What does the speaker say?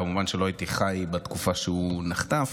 כמובן שלא הייתי חי בתקופה שהוא נחטף,